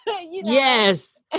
Yes